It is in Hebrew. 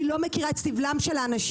היא לא מכירה את סבלם של האנשים.